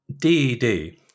DED